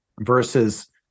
versus